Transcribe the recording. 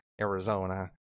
Arizona